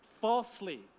falsely